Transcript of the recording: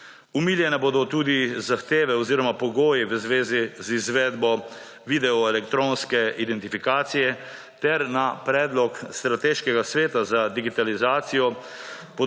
Omiljene bodo tudi zahteve oziroma pogoji v zvezi z izvedbo videoelektronske identifikacije ter na predlog Strateškega sveta za digitalizacijo